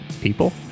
people